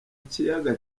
kiyaga